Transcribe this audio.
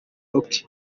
rock